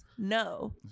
No